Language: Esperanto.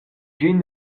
ĝin